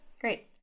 great